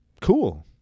cool